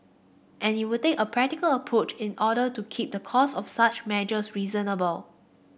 and it will take a practical approach in order to keep the cost of such measures reasonable